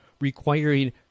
requiring